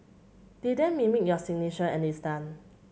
they then mimic your signature and it's done